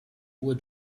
uhr